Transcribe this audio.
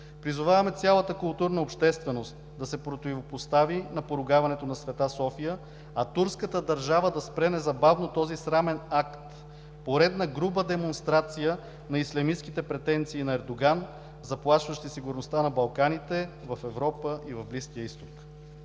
Призоваваме цялата културна общественост да се противопостави на поругаването на „Света София“, а турската държава да спре незабавно този срамен акт – поредна груба демонстрация на ислямистките претенции на Ердоган, заплашващо сигурността на Балканите в Европа и в Близкия изток.